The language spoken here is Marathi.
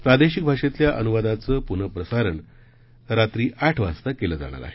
प्रादेशिक भाषेतल्या अनुवादाचं पुनःप्रसारण रात्री आठ वाजता केलं जाणार आहे